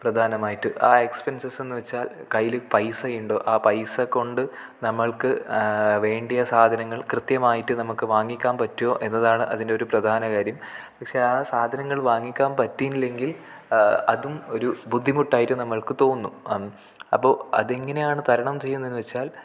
പ്രധാനമായിട്ട് ആ എക്സ്പെൻസസ് എന്നു വെച്ചാൽ കയ്യിൽ പൈസ ഉണ്ടോ ആ പൈസ കൊണ്ട് നമ്മൾക്ക് വേണ്ടിയ സാധനങ്ങൾ കൃത്യമായിട്ട് നമുക്ക് വാങ്ങിക്കാൻ പറ്റുമോ എന്നതാണ് അതിൻ്റെയൊരു പ്രധാന കാര്യം പക്ഷെ ആ സാധനങ്ങൾ വാങ്ങിക്കാൻ പറ്റിയില്ലെങ്കിൽ അതും ഒരു ബുദ്ധിമുട്ടായിട്ട് നമ്മൾക്കു തോന്നും അപ്പോൾ അതെങ്ങനെയാണ് തരണം ചെയ്യുന്നതെന്നു വെച്ചാൽ